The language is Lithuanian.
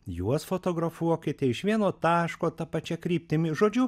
juos fotografuokite iš vieno taško ta pačia kryptimi žodžiu